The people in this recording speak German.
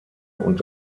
und